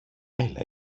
έλα